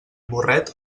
burret